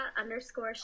underscore